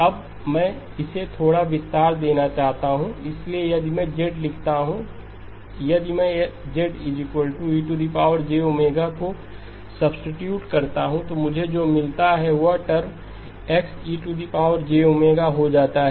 अब मैं इसे थोड़ा विस्तार देना चाहता था इसलिए यदि मैं Z लिखता हूं यदि मैं z ej को सब्सीट्यूट करता हूं तो मुझे जो मिलता है वह यह टर्म X ej हो जाता है